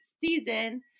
season